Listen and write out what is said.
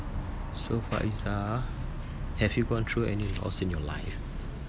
so faizah have you gone through any loss in your life